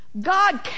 God